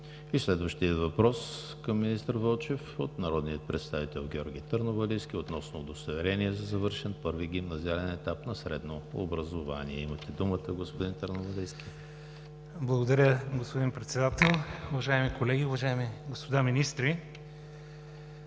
Следващият въпрос към министър Вълчев е от народния представител Георги Търновалийски относно Удостоверение за завършен първи гимназиален етап на средно образование. Имате думата господин Търновалийски. ГЕОРГИ ТЪРНОВАЛИЙСКИ (БСП за България): Благодаря, господин Председател. Уважаеми колеги, уважаеми господа министри!